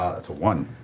it's a one.